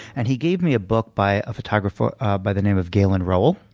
and he gave me a book by a photographer ah by the name of galen rowell,